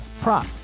prop